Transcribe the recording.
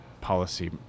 policy